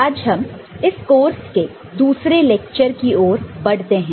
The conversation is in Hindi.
आज हम इस कोर्स के दूसरे लेक्चर की ओर बढ़ते हैं